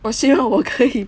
我希望我可以